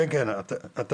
אבל